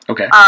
Okay